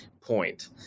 point